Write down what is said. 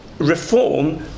reform